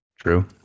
True